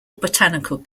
botanical